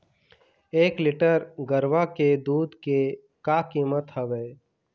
एक लीटर गरवा के दूध के का कीमत हवए?